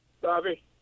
Bobby